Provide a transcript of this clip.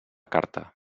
carta